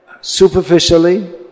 superficially